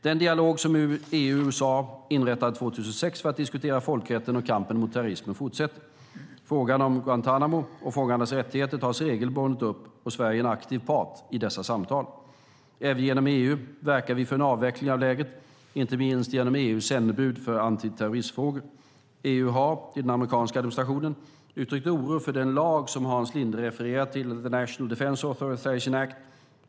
Den dialog som EU och USA inrättade 2006 för att diskutera folkrätten och kampen mot terrorismen fortsätter. Frågan om Guantánamo och fångarnas rättigheter tas regelbundet upp, och Sverige är en aktiv part i dessa samtal. Även genom EU verkar vi för en avveckling av lägret, inte minst genom EU:s sändebud för antiterrorismfrågor. EU har till den amerikanska administrationen uttryckt oro för den lag Hans Linde refererar till - The National Defence Authorization Act.